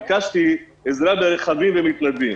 ביקשתי עזרה ברכבים ומתנדבים.